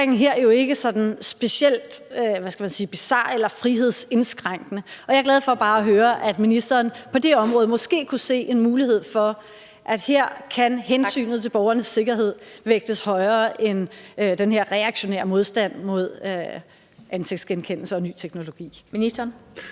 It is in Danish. jo ikke sådan specielt, hvad skal man sige, bizar eller frihedsindskrænkende. Og jeg er glad for bare at høre, at ministeren måske på det område kan se en mulighed for, at her kan hensynet til borgernes sikkerhed vægtes højere end den her reaktionære modstand mod ansigtsgenkendelse og ny teknologi.